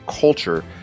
culture